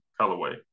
colorway